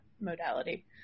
modality